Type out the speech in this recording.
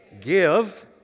give